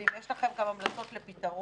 ואם יש לכם גם המלצות לפתרון,